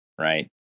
right